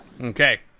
Okay